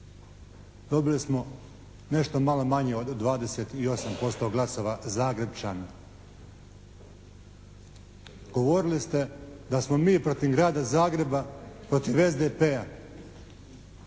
Dobili smo nešto malo manje od 28% glasova Zagrepčana. Govorili ste da smo mi protiv grada Zagreba, protiv SDP-a.